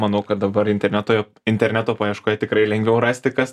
manau kad dabar interneto interneto paieškoje tikrai lengviau rasti kas